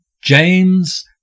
James